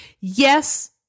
Yes